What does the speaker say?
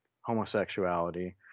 homosexuality